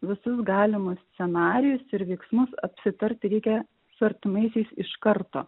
visus galimus scenarijus ir veiksmus apsitarti reikia su artimaisiais iš karto